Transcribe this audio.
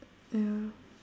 ya